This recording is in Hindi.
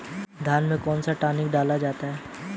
धान में कौन सा टॉनिक डालना चाहिए?